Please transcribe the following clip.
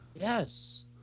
Yes